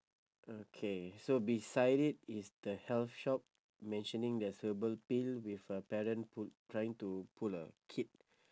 okay so beside it is the health shop mentioning there's herbal pill with a parent pull trying to pull a kid